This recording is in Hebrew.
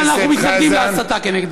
אבל אנחנו מתנגדים להסתה כנגדו.